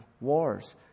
wars